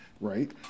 right